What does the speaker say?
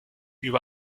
über